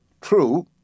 True